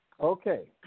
Okay